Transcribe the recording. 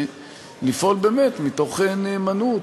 לפעול באמת מתוך נאמנות,